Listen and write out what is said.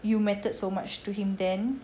you mattered so much to him then